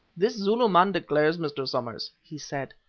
this zulu man declares, mr. somers, he said,